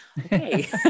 Okay